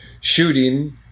shooting